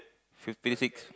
fifty six